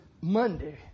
Monday